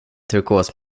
turkos